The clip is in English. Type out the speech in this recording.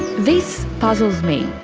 this puzzles me.